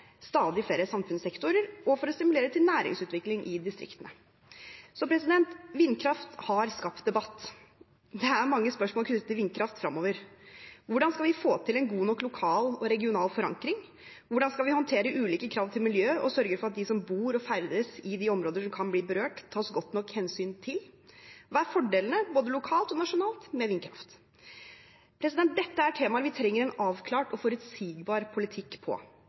stadig flere samfunnssektorer og for å stimulere til næringsutvikling i distriktene. Vindkraft har skapt debatt. Det er mange spørsmål knyttet til vindkraft fremover. Hvordan skal vi få til en god nok lokal og regional forankring? Hvordan skal vi håndtere ulike krav til miljø og sørge for at de som bor og ferdes i de områdene som kan bli berørt, tas godt nok hensyn til? Hva er fordelene, både lokalt og nasjonalt, med vindkraft? Dette er temaer vi trenger en avklart og forutsigbar politikk for. Regjeringen tar derfor sikte på